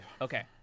Okay